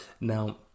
Now